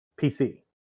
PC